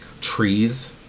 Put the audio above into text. trees